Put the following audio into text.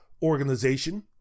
organization